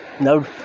no